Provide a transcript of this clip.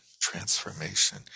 transformation